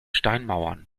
steinmauern